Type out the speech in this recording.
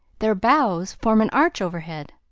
their boughs form an arch overhead.